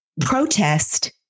protest